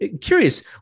curious